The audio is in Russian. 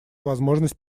возможность